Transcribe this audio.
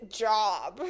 job